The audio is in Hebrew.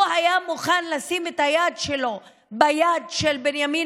הוא היה מוכן לשים את היד שלו ביד של בנימין